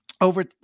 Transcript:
over